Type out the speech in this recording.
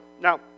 Now